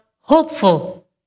hopeful